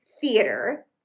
theater